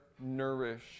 nourish